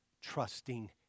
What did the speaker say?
trusting